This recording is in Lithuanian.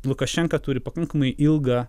lukašenka turi pakankamai ilgą